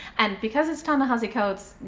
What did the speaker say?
and because it's ta-nehisi coates,